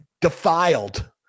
defiled